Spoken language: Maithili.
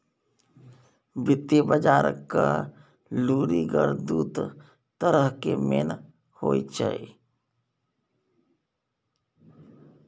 वित्तीय बजारक लुरिगर दु तरहक मेन होइ छै